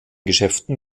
geschäften